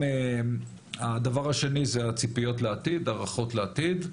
הדבר השני זה הציפיות לעתיד, הערכות לעתיד.